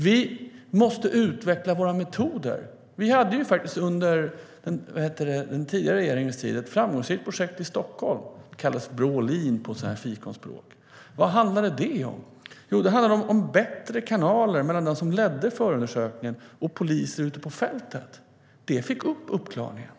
Vi måste utveckla våra metoder. Under den tidigare regeringens tid hade vi faktiskt ett framgångsrikt projekt i Stockholm som kallades Brålean på fikonspråk. Vad handlade det om? Jo, det handlade om bättre kanaler mellan dem som leder förundersökningen och poliser ute på fältet. Det ökade uppklaringen.